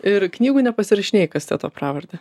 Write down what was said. ir knygų nepasirašinėjai kasteto pravarde